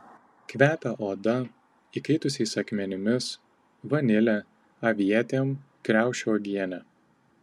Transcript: kvepia oda įkaitusiais akmenimis vanile avietėm kriaušių uogiene